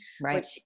Right